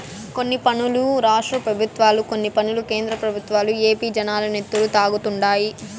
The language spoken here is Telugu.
కొన్ని పన్నులు రాష్ట్ర పెబుత్వాలు, కొన్ని పన్నులు కేంద్ర పెబుత్వాలు ఏపీ జనాల నెత్తురు తాగుతండాయి